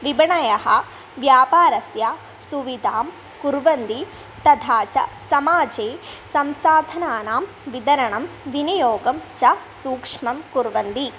विपणयः व्यापारस्य सुविधां कुर्वन्ति तथा च समाजे संसाधनानां वितरणं विनियोगं च सूक्ष्मं कुर्वन्ति